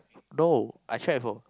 no I tried before